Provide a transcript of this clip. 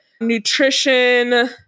nutrition